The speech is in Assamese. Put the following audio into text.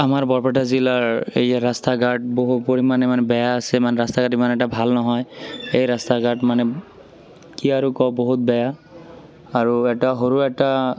আমাৰ বৰপেটা জিলাৰ এইয়া ৰাস্তা ঘাট বহু পৰিমাণে মানে বেয়া আছে মানে ৰাস্তা ঘাট ইমান এটা ভাল নহয় এই ৰাস্তা ঘাট মানে কি আৰু কওঁ বহুত বেয়া আৰু এটা সৰু এটা